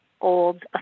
old